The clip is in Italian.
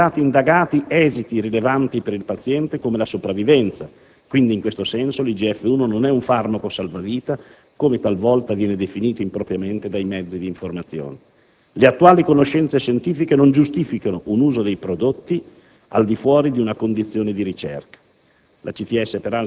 non sono mai stati indagati esiti rilevanti per il paziente, come la sopravvivenza, quindi in questo senso l'IGF-1 non è un farmaco «salvavita», come talvolta viene definito impropriamente dai mezzi di informazione; le attuali conoscenze scientifiche non giustificano un uso dei prodotti IGF-1 e IGF-1/BP3, al di fuori di una condizione di ricerca.